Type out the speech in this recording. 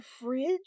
fridge